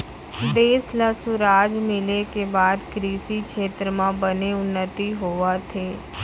देस ल सुराज मिले के बाद कृसि छेत्र म बने उन्नति होवत हे